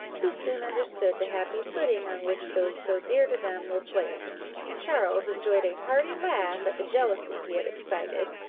who soon understood the happy footing on which those so dear to them were placed and charles enjoyed a hearty laugh at the jealousy he had excited,